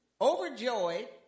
Overjoyed